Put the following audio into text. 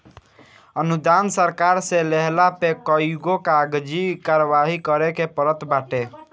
अनुदान सरकार से लेहला पे कईगो कागजी कारवाही करे के पड़त बाटे